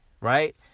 right